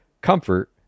comfort